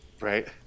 Right